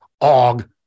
Og